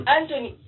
Anthony